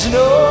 no